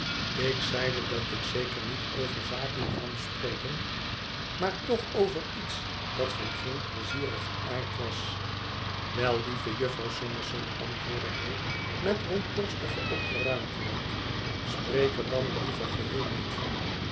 ik zeide dat ik zeker niet over zaken kwam spreken maar toch over iets dat van geen pleizierigen aard was wel lieve jufvrouw summerson antwoordde hij met rondborstige opgeruimdheid spreek er dan liever geheel niet van